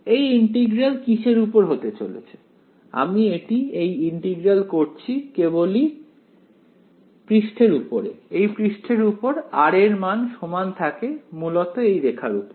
এই ইন্টিগ্রাল কিসের উপর হতে চলেছে আমি এই ইন্টিগ্রাল করছি কেবলই পৃষ্ঠের উপর এই পৃষ্ঠের উপর r এর মান সমান থাকে মূলত এই রেখার উপর